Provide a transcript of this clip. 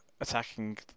attacking